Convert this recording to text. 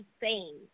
insane